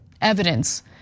evidence